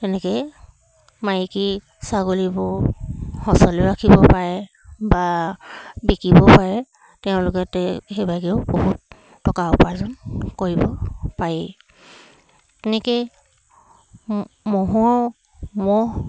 তেনেকৈয়ে মাইকী ছাগলীবোৰ সঁচলৈ ৰাখিব পাৰে বা বিকিব পাৰে তেওঁলোকে তে সেইভাগেও বহুত টকা উপাৰ্জন কৰিব পাৰি তেনেকৈয়ে ম ম' হৰ ম'হ